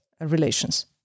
relations